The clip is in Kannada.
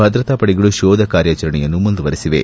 ಭದ್ರತಾಪಡೆಗಳು ಶೋಧ ಕಾರ್ಯಾಚರಣೆಯನ್ನು ಮುಂದುವರೆಸಿವೆ